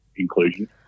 inclusion